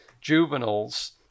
juveniles